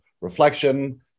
reflection